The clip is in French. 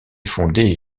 fondée